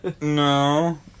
No